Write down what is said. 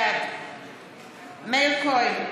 בעד מאיר כהן,